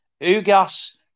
Ugas